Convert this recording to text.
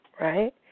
Right